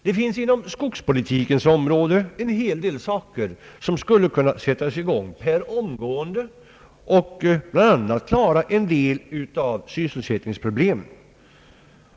Det finns inom skogspolitikens område en hel del som skulle kunna sättas i gång per omgående och bl.a. klara en del av sysselsättningsproblemen.